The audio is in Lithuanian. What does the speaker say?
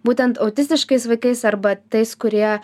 būtent autistiškais vaikais arba tais kurie